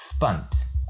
Spunt